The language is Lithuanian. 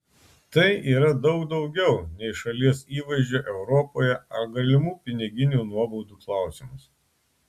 tai yra daug daugiau nei šalies įvaizdžio europoje ar galimų piniginių nuobaudų klausimas